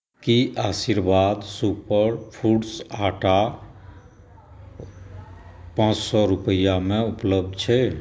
की Aashirvaad super foods आटा पाँच सए रूपैआमे उपलब्ध छै